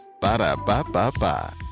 Ba-da-ba-ba-ba